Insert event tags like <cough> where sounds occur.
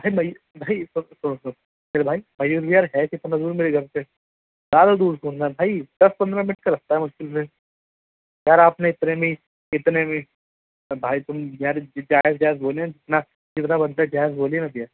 ارے بھائی بھائی سنو سنو ارے بھائی میور وہار ہے کتنا دور میرے گھر سے زیادہ دور تھوڑی نہ ہے بھائی دس پندرہ منٹ کا راستہ ہے مشکل سے یار آپ نے اتنے میں ہی اتنے میں ہی یار بھائی تم جائز جائز <unintelligible> نا جتنا بنتا ہے اتنا بولیے نا بھیا